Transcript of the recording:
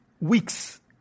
week's